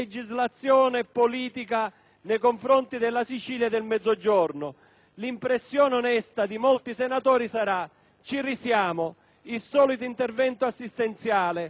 nei confronti della Sicilia e del Mezzogiorno. L'impressione onesta di molti senatori sarà quella di ritenersi di fronte al solito intervento assistenziale, alla solita manfrina,